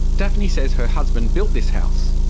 daphne says her husband built this house.